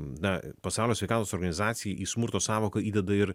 na pasaulio sveikatos organizacija į smurto sąvoką įdeda ir